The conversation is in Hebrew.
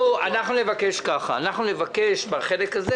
אנחנו נבקש בחלק הזה,